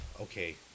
Okay